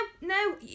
no